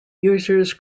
users